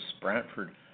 Brantford